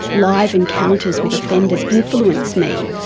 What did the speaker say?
live encounters with offenders influence me.